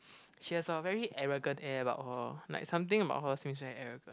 she has a very arrogant air about her like something about her seems very arrogant